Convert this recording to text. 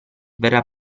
verrà